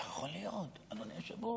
איך יכול להיות, אדוני היושב-ראש?